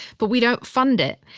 but we don't fund it.